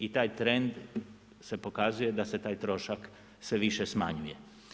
I taj trend se pokazuje da se taj trošak sve više smanjuje.